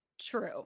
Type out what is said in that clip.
True